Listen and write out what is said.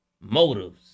Motives